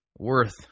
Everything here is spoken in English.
worth